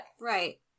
Right